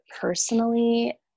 personally